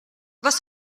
was